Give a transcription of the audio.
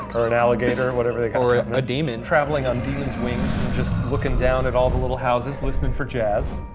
or an alligator, whatever they kind of or ah a demon. traveling on demon's wings, just looking down at all the little houses, listening for jazz.